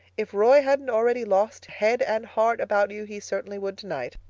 if roy hadn't already lost head and heart about you he certainly would tonight.